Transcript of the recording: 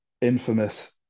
infamous